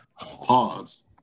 Pause